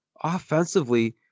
offensively